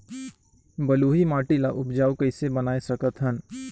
बलुही माटी ल उपजाऊ कइसे बनाय सकत हन?